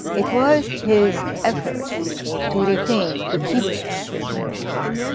it was his effort to retain, to keep this manuscript,